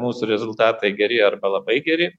mūsų rezultatai geri arba labai geri